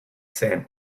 sand